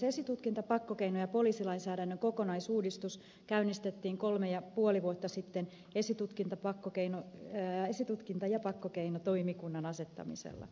esitutkinta pakkokeino ja poliisilainsäädännön kokonaisuudistus käynnistettiin kolme ja puoli vuotta sitten esitutkinta ja pakkokeinotoimikunnan asettamisella